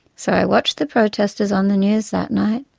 so i watched the protesters on the news that night,